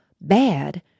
bad